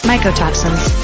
Mycotoxins